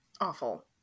Awful